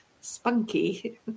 spunky